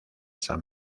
san